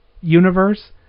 universe